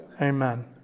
amen